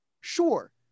sure